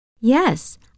Yes